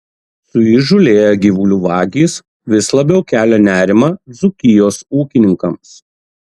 suįžūlėję gyvulių vagys vis labiau kelia nerimą dzūkijos ūkininkams